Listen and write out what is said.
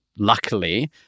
Luckily